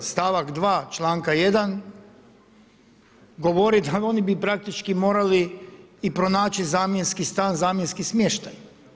Stavak 2. čl. 1. govori da oni bi praktički morali i pronaći zamjenski stan, zamjenski smještaj.